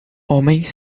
homens